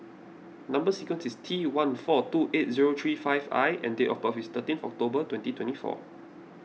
Number Sequence is T one four two eight zero three five I and date of birth is thirteenth October twenty twenty four